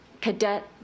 cadet